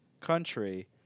country